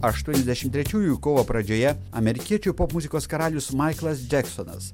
aštuoniasdešim trečiųjų kovo pradžioje amerikiečių popmuzikos karalius maiklas džeksonas